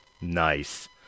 Nice